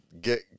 get